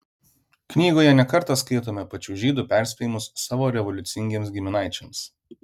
knygoje ne kartą skaitome pačių žydų perspėjimus savo revoliucingiems giminaičiams